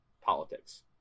politics